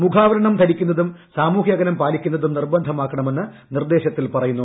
മുഖാവരണം ധരിക്കുന്നതും സാമൂഹ്യ അകലം പാലിക്കുന്നതും നിർബന്ധമാക്കണ മെന്ന് നിർദ്ദേശത്തിൽ പറയുന്നു